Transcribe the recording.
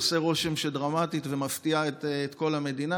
עושה רושם שדרמטית ומפתיעה את כל המדינה,